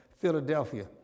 Philadelphia